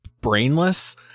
brainless